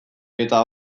eta